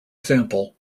example